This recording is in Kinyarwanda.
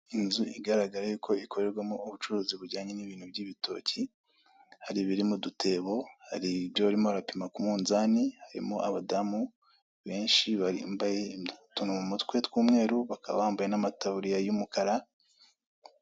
Inzu igaragara yuko ikorerwamo ubucuruzi bijyanye n'ibintu by'ibitoki hari ibiri mu bitebo hari ibyo barimo barapima ku munzani , barimo abadamu henshi bambaye utuntu mu mutwe tw'umweru bakaba bambaye n'amataburiya y'umunara